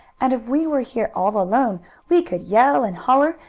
and if we were here all alone we could yell and holler,